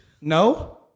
No